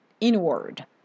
inward